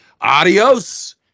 adios